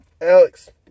Alex